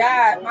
God